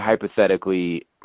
hypothetically